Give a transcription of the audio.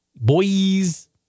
Boys